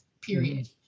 period